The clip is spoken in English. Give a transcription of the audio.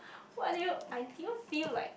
what do you I didn't even feel like